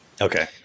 okay